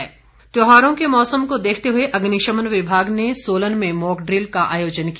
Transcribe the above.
mock drill त्यौहारों के मौसम को देखते हुए अग्निशमन विभाग ने सोलन में मॉकड्रिल का आयोजन किया